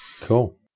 Cool